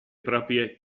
proprie